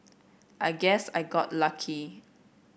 I guess I got lucky